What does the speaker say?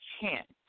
chance